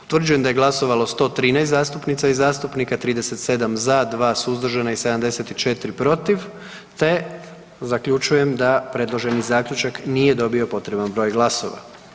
Utvrđujem da je glasovalo 113 zastupnica i zastupnika, 37 za, 2 suzdržana i 74 protiv te zaključujem da predloženi Zaključak nije dobio potreban broj glasova.